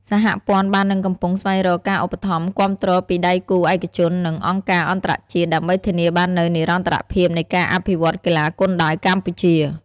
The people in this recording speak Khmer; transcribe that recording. សហព័ន្ធបាននឹងកំពុងស្វែងរកការឧបត្ថម្ភគាំទ្រពីដៃគូឯកជន និងអង្គការអន្តរជាតិ ដើម្បីធានាបាននូវនិរន្តរភាពនៃការអភិវឌ្ឍកីឡាគុនដាវកម្ពុជា។